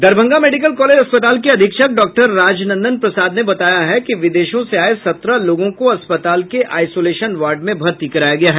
Darbhanga medical college अस्पताल के अधीक्षक डॉक्टर राजनंदन प्रसाद ने बताया है कि विदेशों से आये सत्रह लोगों को अस्पताल के आईसोलेशन वार्ड में भर्ती कराया गया है